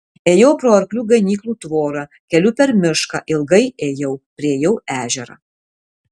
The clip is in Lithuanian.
ėjau pro arklių ganyklų tvorą keliu per mišką ilgai ėjau priėjau ežerą